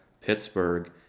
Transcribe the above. pittsburgh